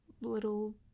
little